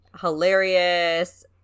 Hilarious